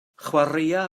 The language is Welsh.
chwaraea